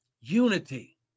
unity